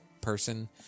person